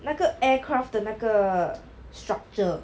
那个 aircraft 的那个 structure